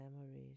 memories